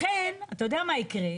ולכן, אתה יודע מה יקרה,